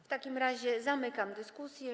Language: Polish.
W takim razie zamykam dyskusję.